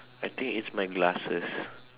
I think it's my glasses